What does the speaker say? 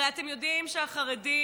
הרי אתם יודעים שהחרדים